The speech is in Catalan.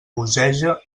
bogeja